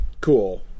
cool